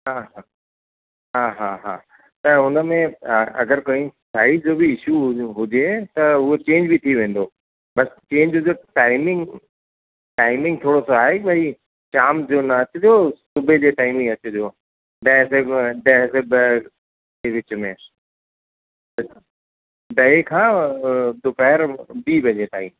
हा हा हा हा हा त हुनमें हा अगरि कहीं साइज़ जो बि इशू हू हुजे त उहो चेंज बि थी वेंदो बसि चेंज जो टाइमिंग टाइमिंग थोरो सो आहे की भई शाम जो न अचिजो सुबुह जो टाइम ई अचिजो ॾेह से ॾेह से ॿ जे विच में त ॾह खां दोपहर ॿी बजे ताईं